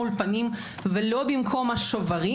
לא במקום האולפנים ולא במקום השוברים.